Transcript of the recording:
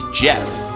Jeff